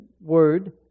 word